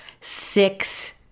six